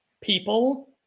people